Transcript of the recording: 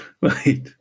Right